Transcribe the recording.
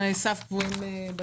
תנאי סף קבועים בתקנות,